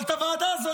אבל את הוועדה הזו,